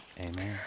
Amen